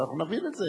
אנחנו נבין את זה.